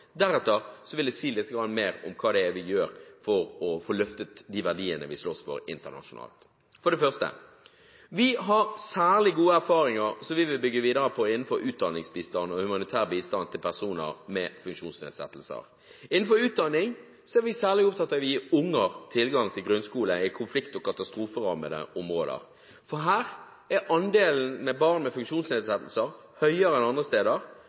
Deretter vil jeg si litt mer om hva det er vi gjør for å få løftet de verdiene vi slåss for, internasjonalt. For det første: Vi har særlig gode erfaringer som vi vil bygge videre på, innenfor utdanningsbistand og humanitær bistand til personer med funksjonsnedsettelser. Innenfor utdanning er vi særlig opptatt av å gi barn tilgang til grunnskole i konflikt- og katastroferammede områder, for her er andelen barn med funksjonsnedsettelser høyere enn andre steder,